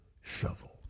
shovel